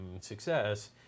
success